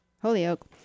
Holyoke